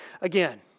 again